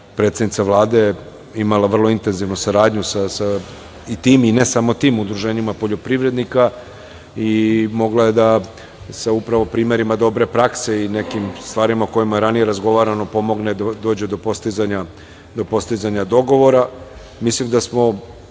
predsednica Vlade i imala vrlo intenzivnu saradnju i tim, ne samo tim udruženjima poljoprivrednika i mogla je da sa primerima dobre prakse i nekim stvarima o kojima je ranije razgovarano pomogne i da dođu do postizanja dogovora. Mislim da smo